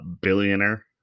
billionaire